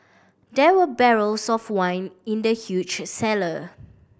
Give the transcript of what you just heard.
there were barrels of wine in the huge cellar